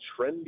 trendy